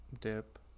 dip